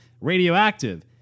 radioactive